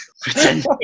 pretending